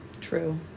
True